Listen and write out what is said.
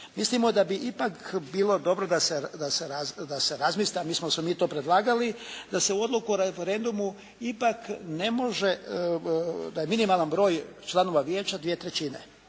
Mislimo da bi ipak bilo dobro da se razmisli a mislim da smo mi to predlagali da se u odluku o referendumu ipak ne može, da je minimalan broj članova vijeća dvije trećine,